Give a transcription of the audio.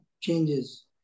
changes